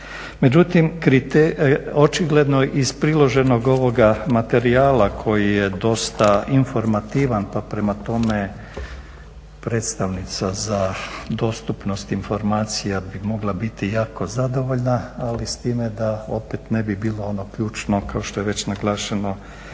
Međutim, očigledno iz priloženog ovoga materijala koji je dosta informativan pa prema tome predstavnica za dostupnost informacija bi mogla biti jako zadovoljna. Ali s time da opet ne bi bilo ključno kao što je već naglašeno rečeno.